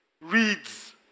reads